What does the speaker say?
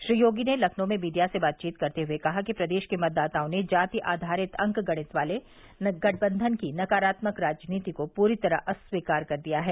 श्री योगी ने लखनऊ में मीडिया से बातचीत करते हुए कहा कि प्रदेश के मतदाताओं ने जाति आधारित अंकगणित वाले गठबंधन की नकारात्मक राजनीति को पूरी तरह अस्वीकार कर दिया है